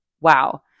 wow